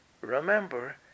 Remember